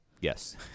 Yes